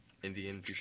Indian